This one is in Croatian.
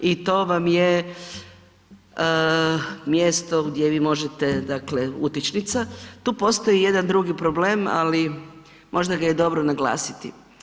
I to vam je mjesto gdje vi možete, dakle utičnica, tu postoji jedan drugi problem, ali možda ga je dobro naglasiti.